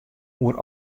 oer